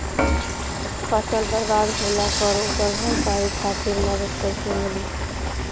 फसल बर्बाद होला पर ओकर भरपाई खातिर मदद कइसे मिली?